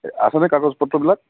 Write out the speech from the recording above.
আছেনে কাগজপত্ৰবিলাক